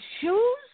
shoes